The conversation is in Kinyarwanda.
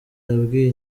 yabwiye